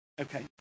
okay